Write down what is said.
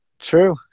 true